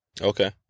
Okay